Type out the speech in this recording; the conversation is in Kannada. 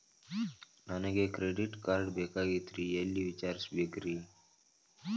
ನನಗೆ ಕ್ರೆಡಿಟ್ ಕಾರ್ಡ್ ಬೇಕಾಗಿತ್ರಿ ಎಲ್ಲಿ ವಿಚಾರಿಸಬೇಕ್ರಿ?